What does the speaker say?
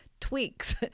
tweaks